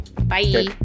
bye